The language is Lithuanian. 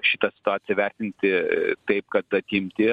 šitą situaciją vertinti taip kad atimti